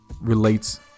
relates